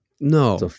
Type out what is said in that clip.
no